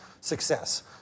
success